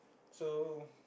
so